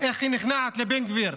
איך שהיא נכנעת לבן גביר.